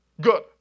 Good